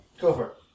cover